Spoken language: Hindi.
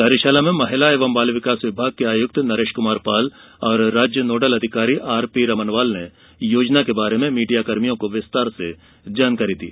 कार्यशाला में महिला एवं बाल विकास विभाग के आयुक्त नरेश कुमार पाल और राज्य नोडल अधिकारी आरपी रमनवाल ने योजना के बारे में मीडिया कर्मियों को विस्तार से जानकारी दी